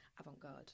Avant-garde